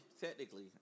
technically